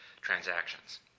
transactions